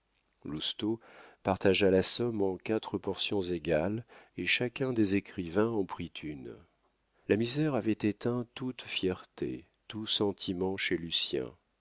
lousteau partagea la somme en quatre portions égales et chacun des écrivains en prit une la misère avait éteint toute fierté tout sentiment